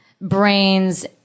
brains